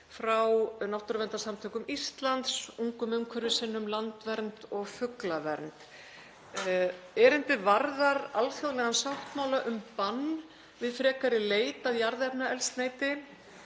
frá Náttúruverndarsamtökum Íslands, Ungum umhverfissinnum, Landvernd og Fuglavernd. Erindið varðar alþjóðlegan sáttmála um bann við frekari leit að jarðefnaeldsneyti